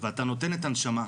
ואתה נותן את הנשמה,